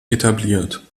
etabliert